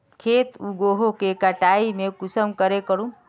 खेत उगोहो के कटाई में कुंसम करे करूम?